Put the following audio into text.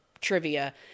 trivia